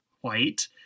white